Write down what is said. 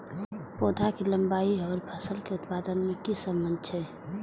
पौधा के लंबाई आर फसल के उत्पादन में कि सम्बन्ध छे?